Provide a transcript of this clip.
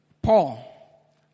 Paul